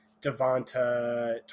Devonta